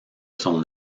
son